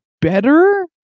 better